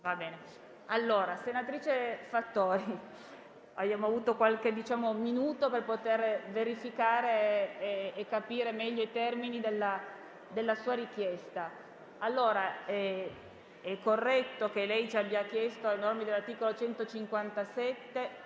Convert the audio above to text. Senatrice Fattori, abbiamo avuto qualche minuto per poter verificare e capire meglio i termini della sua richiesta. È corretto ciò che lei ci ha chiesto anche ai sensi dell'articolo 157